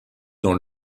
dans